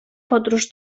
podróż